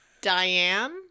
Diane